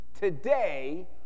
today